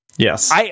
Yes